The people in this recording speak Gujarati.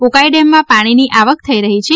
ઉકાઇ ડેમમાં પાણીની આવક થઈ રહી છે